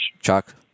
Chuck